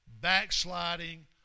backsliding